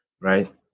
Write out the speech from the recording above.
right